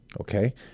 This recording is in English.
Okay